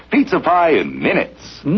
pizza pie a minute